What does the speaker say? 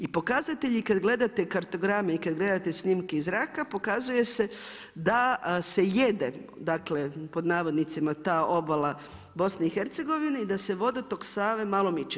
I pokazatelji kad gledate kartograme i kad gledate snimke iz zraka, pokazuje se da se jede, dakle, pod navodnicima ta obala BIH i da se vodotok Save malo miče.